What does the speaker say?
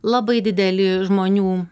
labai didelį žmonių